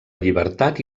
llibertat